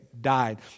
died